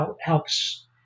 helps